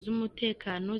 z’umutekano